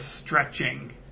stretching